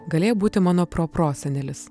galėjo būti mano proprosenelis